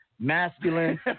masculine